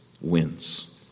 wins